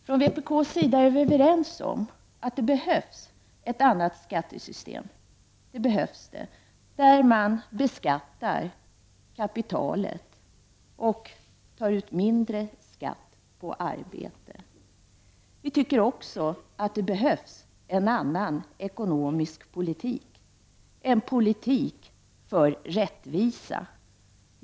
Inom vpk är vi överens om att det behövs ett annat skattesystem som innebär att man beskattar kapitalet och att man tar ut mindre skatt på arbetet. Vi tycker också att det behövs en annan ekonomisk politik, en politik för rättvisa.